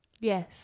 Yes